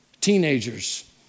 teenagers